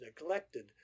neglected